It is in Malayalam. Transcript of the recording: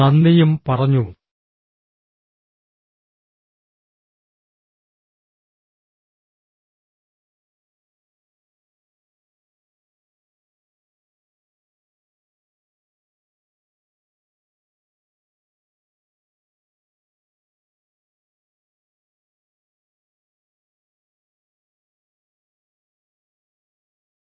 നന്ദിയും പറഞ്ഞു